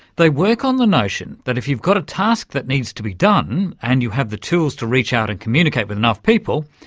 they work on the notion that if you've got a task that needs to be done and you have the tools to reach out and communicate with but enough people,